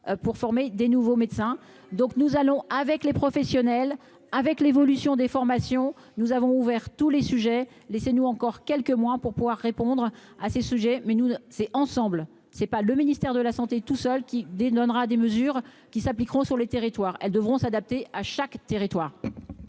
pour former des nouveaux médecins, donc nous allons avec les professionnels, avec l'évolution des formations, nous avons ouvert tous les sujets, laissez-nous encore quelques mois pour pouvoir répondre à ces sujets mais nous c'est ensemble, c'est pas le ministère de la santé tout seul qui des donnera des mesures qui s'appliqueront sur le territoire, elles devront s'adapter à chaque territoire.